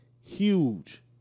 huge